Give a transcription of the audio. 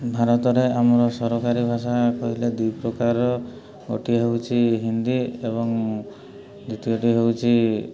ଭାରତର ଆମର ସରକାରୀ ଭାଷା କହିଲେ ଦୁଇ ପ୍ରକାର ଗୋଟିଏ ହେଉଛି ହିନ୍ଦୀ ଏବଂ ଦ୍ଵିତୀୟଟି ହେଉଛି